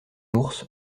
ours